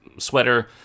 sweater